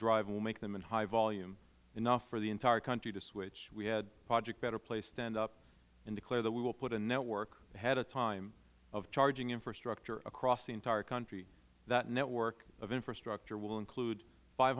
we will make them in high volume enough for the entire country to switch we had project better place stand up and declare that we will put a network ahead of time of charging infrastructure across the entire country that network of infrastructure will include five